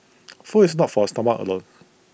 food is not for A stomach alone